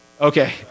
Okay